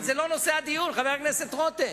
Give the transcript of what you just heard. אבל זה לא נושא הדיון, חבר הכנסת רותם.